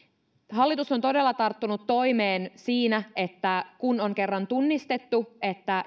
hallitus on todella tarttunut toimeen siinä että kun on kerran tunnistettu että